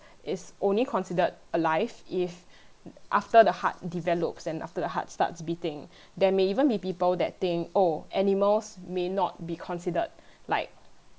is only considered a life if after the heart develops and after the heart starts beating they may even be people that think oh animals may not be considered life